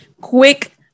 quick